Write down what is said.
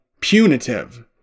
punitive